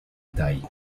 taille